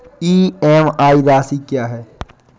EMI राशि क्या है?